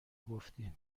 گفتی